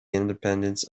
independence